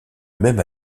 même